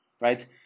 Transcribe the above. right